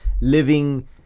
living